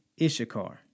Ishakar